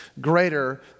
greater